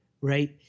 right